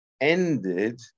ended